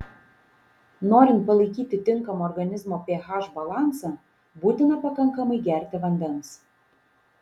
norint palaikyti tinkamą organizmo ph balansą būtina pakankamai gerti vandens